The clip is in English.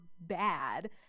bad